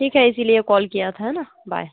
ठीक है इसलिए कॉल किया था ना बाए